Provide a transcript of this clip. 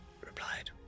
replied